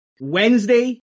Wednesday